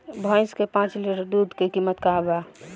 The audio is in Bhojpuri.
भईस के पांच लीटर दुध के कीमत का बा?